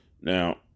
Now